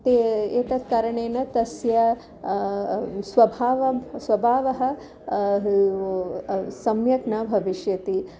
ते एतत् कारणेन तस्य स्वभावं स्वभावः सम्यक् न भविष्यति